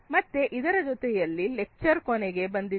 ಮತ್ತೆ ಇದರ ಜೊತೆಯಲ್ಲಿ ಲೆಕ್ಚರ್ ನ ಕೊನೆಗೆ ಬಂದಿದ್ದೇವೆ